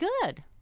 Good